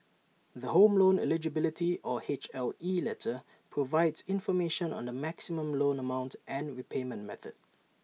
the home loan eligibility or H L E letter provides information on the maximum loan amount and repayment period